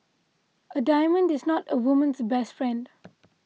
a diamond is not a woman's best friend